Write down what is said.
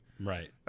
Right